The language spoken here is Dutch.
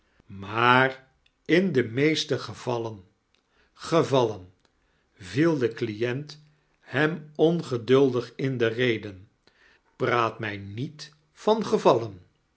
maar in de meeste gevallein gevalleti viel de client hem ongieduldig in de rede praat mij niet van